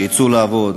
שיֵצאו לעבוד.